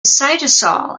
cytosol